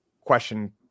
question